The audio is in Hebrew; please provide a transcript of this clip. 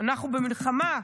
אנחנו במלחמה.